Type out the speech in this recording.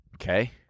Okay